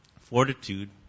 fortitude